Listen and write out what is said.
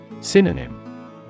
Synonym